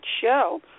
show